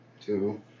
Two